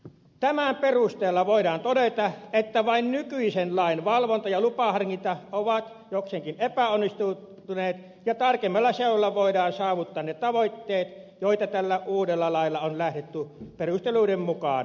tämän perusteella voidaan todeta että vain nykyisen lain valvonta ja lupaharkinta ovat jokseenkin epäonnistuneet ja tarkemmalla seulonnalla voidaan saavuttaa ne tavoitteet joita tällä uudella lailla on lähdetty perusteluiden mukaan hakemaan